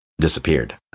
disappeared